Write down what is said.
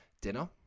dinner